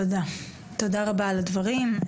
תודה רבה על הדברים.